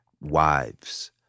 wives